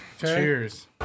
Cheers